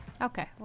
Okay